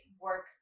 work